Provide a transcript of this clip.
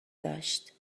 داشت